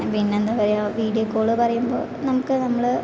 പിന്നെ എന്താ പറയുക വീഡിയോ കോൾ പറയുമ്പോൾ നമുക്ക് നമ്മൾ